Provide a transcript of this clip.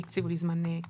כי הקציבו לי זמן קצר.